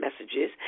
messages